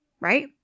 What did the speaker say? right